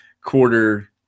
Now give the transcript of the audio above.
quarter